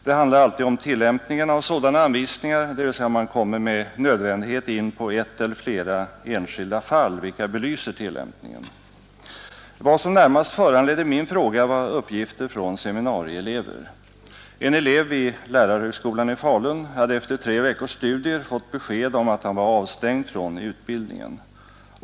När det gäller tillämpningen av sådana anvisningar kommer man med nödvändighet alltid in på ett eller flera fall, vilka belyser tillämpningen. Vad som närmast föranledde min fråga var uppgifter från seminarieelever. En elev vid lärarhögskolan i Falun hade efter tre veckors studier fått besked om att han var avstängd från utbildningen.